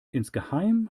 insgeheim